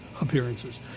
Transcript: appearances